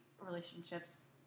relationships